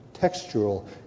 textural